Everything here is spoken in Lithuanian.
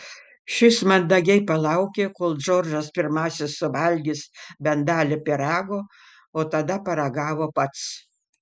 šis mandagiai palaukė kol džordžas pirmasis suvalgys bent dalį pyrago o tada paragavo pats